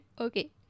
Okay